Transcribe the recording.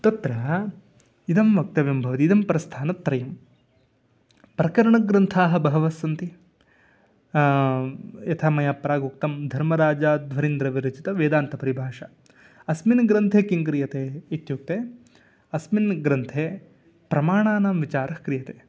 तत्र इदं वक्तव्यं भवति इदं प्रस्थानत्रयं प्रकरणग्रन्थाः बहवस्सन्ति यथा मया प्रागुक्तं धर्मराजाध्वरीन्द्र विरचितं वेदान्तपरिभाषा अस्मिन् ग्रन्थे किं क्रियते इत्युक्ते अस्मिन् ग्रन्थे प्रमाणानां विचारः क्रियते